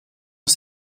les